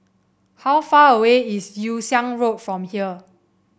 how far away is Yew Siang Road from here